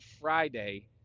Friday